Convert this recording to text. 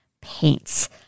paints